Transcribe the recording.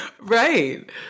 Right